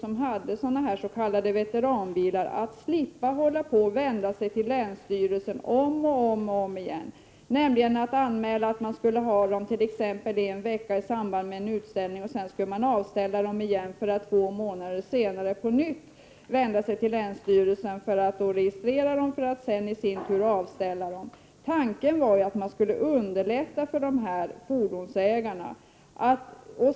Det skedde för att människor med veteranbilar skulle slippa vända sig till länsstyrelsen om och om igen när de ville ta ut sina bilar i samband med utställningar och sedan avställa dem igen. Tanken var att underlätta för dessa fordonsägare.